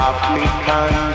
African